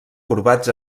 corbats